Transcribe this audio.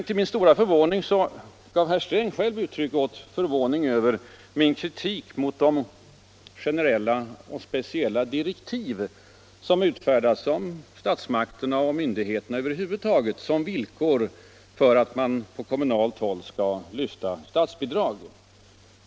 Till min stora förvåning gav herr Sträng uttryck åt förvåning över min kritik mot de generella och speciella direktiv som utfärdas av statsmakterna och myndigheterna över huvud taget som villkor för att man på kommunalt håll skall lyfta statsbidrag.